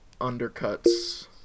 undercuts